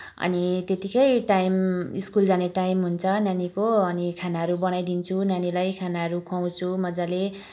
अनि त्यतिकै time school जाने टाइम हुन्छ नानीको अनि खानाहरू बनाइदिन्छु नानीलाई खानाहरू खुवाउँछु मजाले